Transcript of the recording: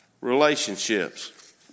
relationships